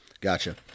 Gotcha